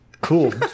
cool